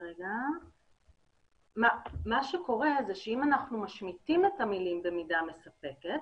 אם אנחנו משמיטים את המילים "במידה מספקת",